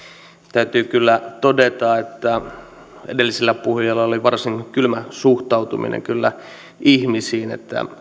täytyy kyllä todeta että edellisellä puhujalla oli varsin kylmä suhtautuminen ihmisiin